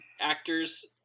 actors